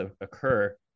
occur